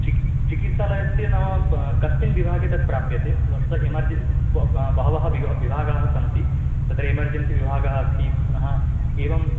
चिकि चिकित्सालयस्य नाम प कस्मिन् विभागे तत् प्राप्यते वस्तुतः एमर्ज्न्सि ब ब बहवः विवा विभागाः सन्ति तत्र एमर्जन्सि विभागाः अस्ति पुनः एवं